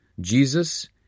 Jesus